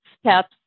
steps